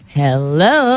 hello